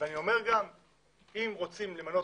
אני גם אומר שאם רוצים למנות